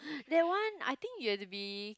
that one I think you have to be